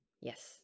Yes